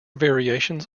variations